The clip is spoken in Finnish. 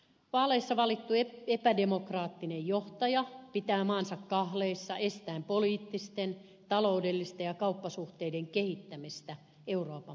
vaaleissa valittu epädemokraattinen johtaja pitää maansa kahleissa estäen poliittisten taloudellisten ja kauppasuhteiden kehittämistä euroopan maiden kanssa